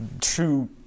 true